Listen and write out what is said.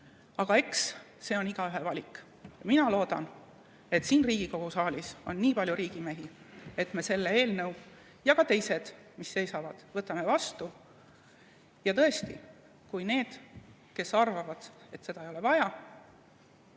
Aga eks see ole igaühe valik. Mina loodan, et siin Riigikogu saalis on nii palju riigimehi, et me selle eelnõu ja ka teised, mis [praegu] seisavad, võtame vastu. Tõesti, kui on neid, kes arvavad, et seda ei ole vaja,